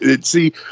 see